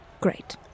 great